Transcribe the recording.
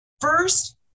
first